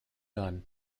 gun